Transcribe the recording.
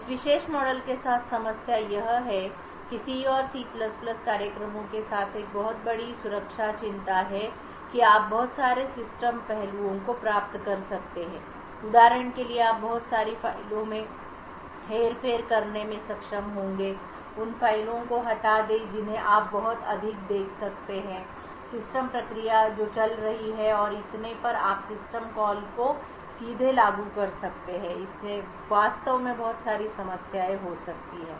इस विशेष मॉडल के साथ समस्या यह है कि सी और सी कार्यक्रमों के साथ एक बहुत बड़ी सुरक्षा चिंता है कि आप बहुत सारे सिस्टम पहलुओं को प्राप्त कर सकते हैं उदाहरण के लिए आप बहुत सारी फ़ाइलों में हेरफेर करने में सक्षम होंगे उन फ़ाइलों को हटा दें जिन्हें आप बहुत अधिक देख सकते हैं सिस्टम प्रक्रिया जो चल रही है और इतने पर आप सिस्टम कॉल को सीधे लागू कर सकते हैं और इससे वास्तव में बहुत सारी समस्याएं हो सकती हैं